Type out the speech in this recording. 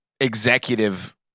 executive